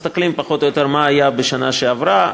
מסתכלות פחות או יותר מה היה בשנה שעברה,